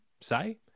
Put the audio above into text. say